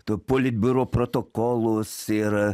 to politbiuro protokolus ir